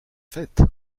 fête